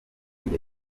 njye